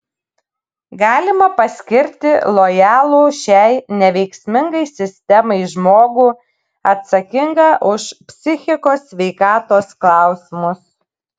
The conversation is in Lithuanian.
galima paskirti lojalų šiai neveiksmingai sistemai žmogų atsakingą už psichikos sveikatos klausimus